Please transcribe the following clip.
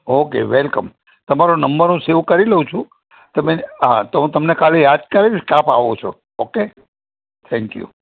okay welcome તમારો number હુ save કરી લઉં છું તમે હા તો હું તમને કાલે યાદ કરાવીશ કે આપ આવો છો ઓકે થેન્ક યુ